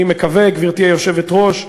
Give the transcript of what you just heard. אני מקווה, גברתי היושבת-ראש,